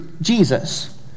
Jesus